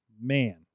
man